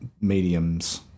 mediums